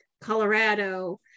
Colorado